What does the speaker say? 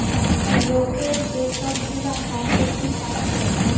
লোকের যে সব গুলা সম্পত্তি থাকছে